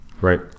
Right